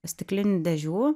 stiklinių dėžių